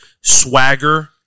swagger